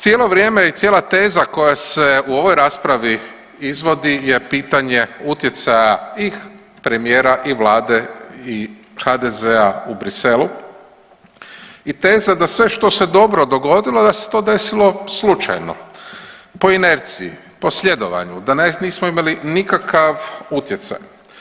Cijelo vrijeme i cijela teza koja se u ovoj raspravi izvodi je pitanje utjecaja i premijera i vlade i HDZ-a u Briselu i teza da sve što se dobro dogodilo da se to desilo slučajno po inerciji, po sljedovanju, da nismo imali nikakav utjecaj.